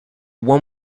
one